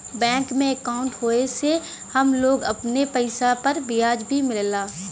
bank में अंकाउट होये से हम लोग अपने पइसा पर ब्याज भी मिलला